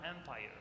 Empire